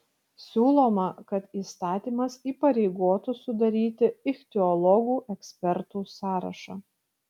siūloma kad įstatymas įpareigotų sudaryti ichtiologų ekspertų sąrašą